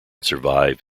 survive